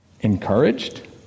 Encouraged